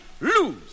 lose